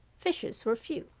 fishers were few.